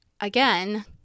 again